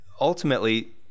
ultimately